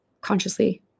consciously